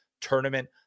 tournament